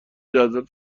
جدول